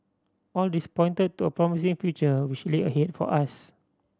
all this pointed to a promising future which lay ahead for us